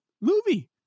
movie